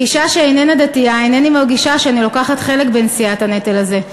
כאישה שאיננה דתייה אינני מרגישה שאני לוקחת חלק בנשיאת הנטל הזה,